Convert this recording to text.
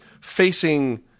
facing